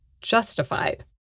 justified